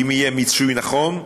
אם יהיה מיצוי נכון,